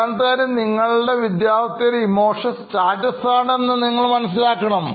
അവസാനത്തെ കാര്യം നിങ്ങളുടെ വിദ്യാർത്ഥിയുടെ ഇമോഷണൽസ്റ്റാറ്റസ് നിങ്ങൾ മനസ്സിലാക്കണം